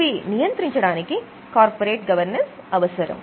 ఇవి నియంత్రించడానికి corporate governance అవసరం